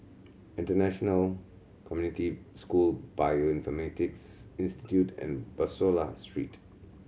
International Community School Bioinformatics Institute and Bussorah Street